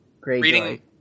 Reading